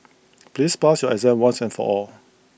please pass your exam once and for all